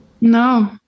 No